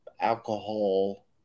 alcohol